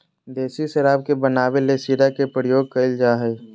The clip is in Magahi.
देसी शराब के बनावे ले शीरा के प्रयोग कइल जा हइ